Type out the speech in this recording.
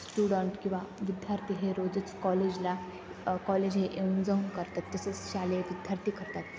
student किंवा विद्यार्थी हे रोजच कॉलेजला कॉलेज हे येऊन जाऊन करतात तसेच शालेय विद्यार्थी करतात